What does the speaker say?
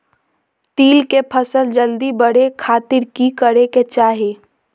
तिल के फसल जल्दी बड़े खातिर की करे के चाही?